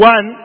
One